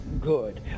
good